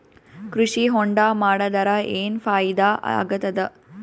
ಕೃಷಿ ಹೊಂಡಾ ಮಾಡದರ ಏನ್ ಫಾಯಿದಾ ಆಗತದ?